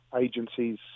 agencies